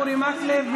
אורי מקלב,